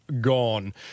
gone